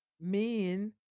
men